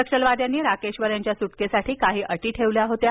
नक्षलवाद्यांनी राकेश्वर यांच्या सुटकेसाठी काही अटी ठेवल्या होत्या